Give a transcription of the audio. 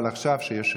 אבל עכשיו שיהיה שקט.